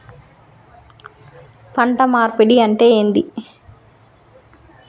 పంట మార్పిడి అంటే ఏంది?